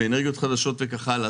אנרגיות חדשות וכך הלאה,